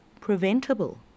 preventable